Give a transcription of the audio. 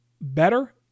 better